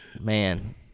man